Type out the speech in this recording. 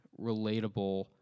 relatable